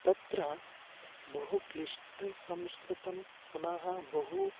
तत्र बहु क्लिष्टं संस्कृतं पुनः बहु